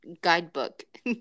guidebook